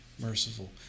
merciful